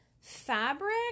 fabric